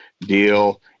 deal